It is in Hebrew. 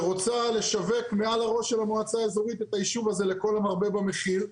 שרוצה לשווק מעל הראש של המועצה האזורית את היישוב הזה לכל המרבה במחיר,